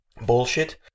bullshit